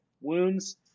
wounds